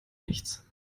nichts